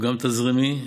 גם תזרימי,